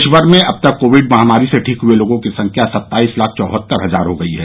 देश भर में अब तक कोविड महामारी से ठीक हुए लोगों की संख्या सत्ताईस लाख चौहत्तर हजार हो गयी है